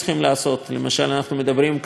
למשל, מדברים כאן על בז"ן.